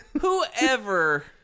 whoever